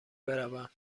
بروم